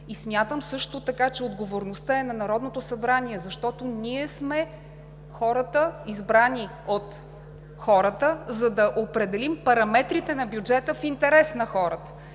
смятам, че отговорността е на Народното събрание, защото ние сме хората, избрани от хората, за да определим параметрите на бюджета в интерес на хората.